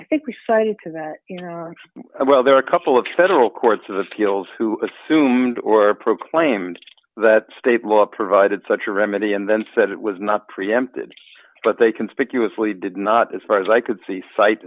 i think we cited to that well there are a couple of federal courts of appeals who assumed or proclaimed that state law provided such a remedy and then said it was not preempted but they conspicuously did not as far as i could see cite